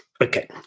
okay